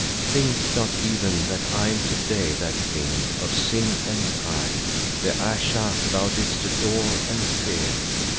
think not even that i am today that thing of sin and pride, the ayesha thou didst adore and fear,